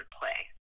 play